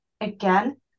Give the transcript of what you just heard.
again